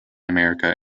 america